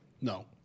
No